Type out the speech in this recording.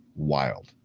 Wild